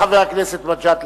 חבר הכנסת מג'אדלה.